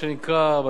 "דירות רפאים",